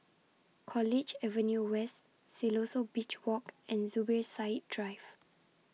College Avenue West Siloso Beach Walk and Zubir Said Drive